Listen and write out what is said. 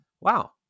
wow